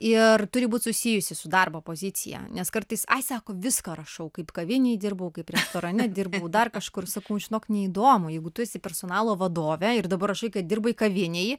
ir turi būt susijusi su darbo pozicija nes kartais ai sako viską rašau kaip kavinėj dirbau kaip restorane dirbau dar kažkur sakau žinok neįdomu jeigu tu esi personalo vadovė ir dabar rašai kad dirbai kavinėj